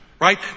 Right